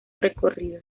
recorrido